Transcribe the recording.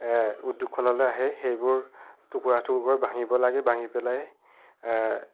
উদ্যাগখনলৈ আহে সেইবোৰ টুকুৰা টুকুৰকৈ ভাঙিব লাগে ভাঙি পেলাই